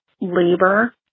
labor